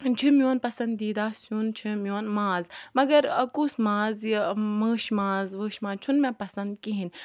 چھُ میون پَسَندیٖدہ سِیُون چھُ میون ماز مَگَر کُس ماز یہِ مٲشہِ ماز وٲشہِ چھُنہٕ مےٚ پَسَنٛد کِہیٖنۍ